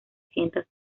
sienta